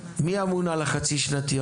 מי אמון על החצי-שנתיות?